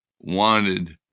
wanted